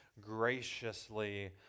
graciously